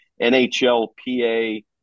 NHLPA